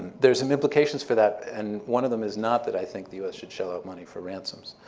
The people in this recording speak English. there are some implications for that, and one of them is not that i think the us should shell out money for ransoms.